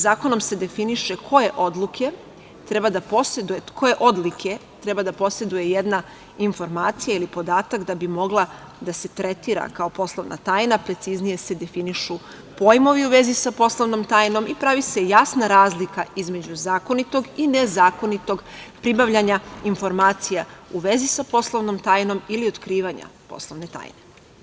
Zakonom se definiše koje odlike treba da poseduje jedna informacija ili podatak da bi mogla da se tretira kao poslovna tajna, preciznije se definišu pojmovi u vezi sa poslovnom tajnom i pravi se jasna razlika između zakonitog i nezakonitog pribavljanja informacija u vezi sa poslovnom tajnom ili otkrivanja poslovne tajne.